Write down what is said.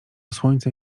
słońce